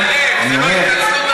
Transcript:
תני לי,